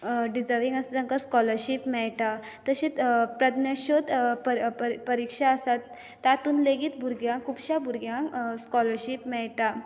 deserving आसता तांकां scholarship मेळटा तशेंच प्रज्ञाशोध परि परिक्षा आसा तातूंत लेगीत भुरग्यांक खुबश्या भुरग्यांक स्कॉलरशीप मेळटा